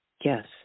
yes